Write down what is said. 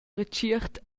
retschiert